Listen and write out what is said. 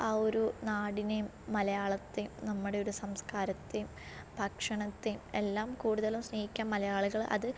ആ ഒരു നാടിനേയും മലയാളത്തേയും നമ്മുടെ ഒരു സംസ്കാരത്തേയും ഭക്ഷണത്തേയും എല്ലാം കൂടുതലും സ്നേഹിക്കാൻ മലയാളികൾ അത്